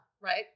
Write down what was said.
Right